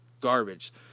garbage